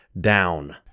down